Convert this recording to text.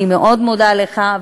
אני מאוד מודה לך,